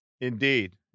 Indeed